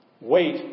Wait